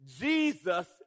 Jesus